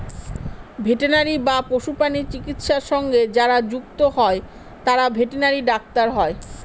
veterinary বা পশুপ্রাণী চিকিৎসা সঙ্গে যারা যুক্ত হয় তারা ভেটেনারি ডাক্তার হয়